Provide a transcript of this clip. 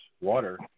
Water